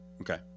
Okay